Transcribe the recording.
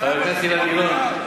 חבר הכנסת גילאון,